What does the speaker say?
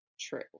true